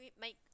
make